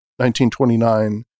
1929